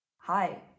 Hi